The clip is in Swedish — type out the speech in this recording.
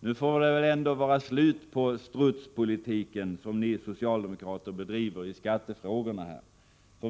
Nu får det väl ändå vara slut på den ”strutspolitik”' som ni socialdemokrater bedriver i skattefrågorna.